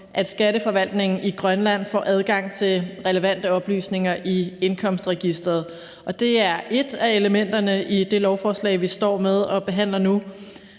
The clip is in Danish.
at Skatteforvaltningen i Grønland får adgang til relevante oplysninger i indkomstregisteret, og det er et af elementerne i det lovforslag, vi nu står med og behandler,